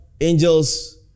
angels